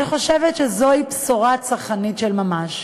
אני חושבת שזו בשורה צרכנית של ממש.